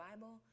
Bible